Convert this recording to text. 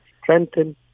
strengthen